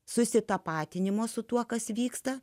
susitapatinimo su tuo kas vyksta